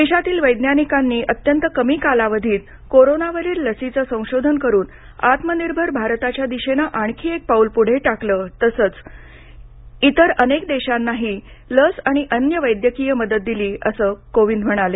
देशातल्या वैद्यानिकांनी अत्यंत कमी कालावधीत कोरोनावरील लसीचं संशोधन करून आत्मनिर्भर भारताच्या दिशेनं आणखी एक पाऊल पुढे टाकलं इतकंच नाही तर इतर अनेक देशांनाही लस आणि अन्य वैद्यकीय मदत दिली असं कोविंद म्हणाले